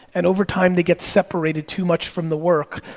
and over time, they get separated too much from the work,